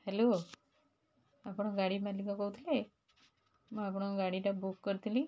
hello ଆପଣ ଗାଡ଼ି ମାଲିକ କହୁଥିଲେ ମୁଁ ଆପଣଙ୍କ ଗାଡ଼ିଟା ବୁକ୍ କରିଥିଲି